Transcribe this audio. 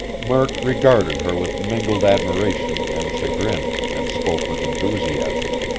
murk regarded her with mingled admiration and chagrin, and spoke with enthusiasm.